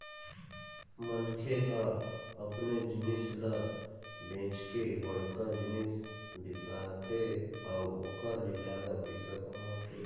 मनखे ह अपने जिनिस ल बेंच के बड़का जिनिस बिसाथे अउ ओखर ले जादा पइसा कमाथे